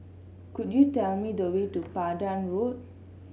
could you tell me the way to Pandan Road